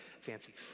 fancy